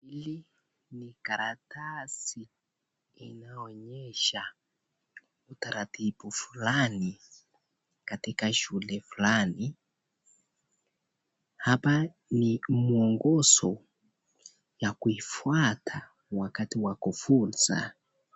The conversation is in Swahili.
Hii ni karatasi inaonyesha utaratibu fulani katika shule fulani. Hapa ni mwongozo la kuifuata wakati wa kufuza.